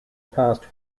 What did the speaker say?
past